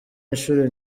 inshuro